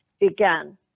began